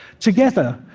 together,